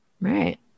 Right